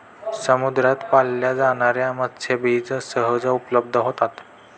समुद्रात पाळल्या जाणार्या मत्स्यबीज सहज उपलब्ध होतात